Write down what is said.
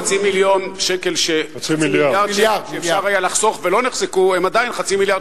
חצי מיליארד שקל שהיה אפשר לחסוך ולא נחסך זה עדיין חצי מיליארד